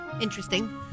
interesting